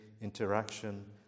interaction